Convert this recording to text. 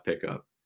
pickup